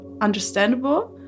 understandable